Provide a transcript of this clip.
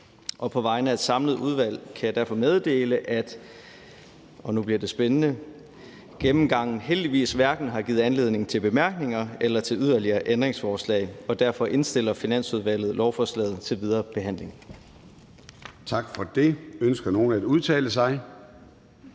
meddele, at – og nu bliver det spændende – gennemgangen heldigvis hverken har givet anledning til bemærkninger eller til yderligere ændringsforslag, og derfor indstiller Finansudvalget lovforslaget til videre behandling.